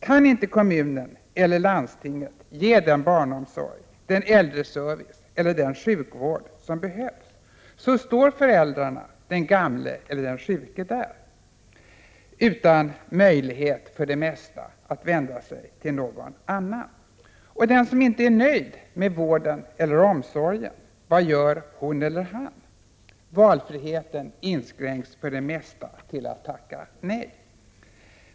Kan inte kommunen eller landstinget ge den barnomsorg, den äldreservice eller den sjukvård som behövs, så står föräldrarna, den gamle eller den sjuke där, för det mesta utan möjlighet att vända sig till någon annan. Den som inte är nöjd med vården eller omsorgen, vad gör hon eller han? Valfriheten inskränks allt som oftast till att tacka nej.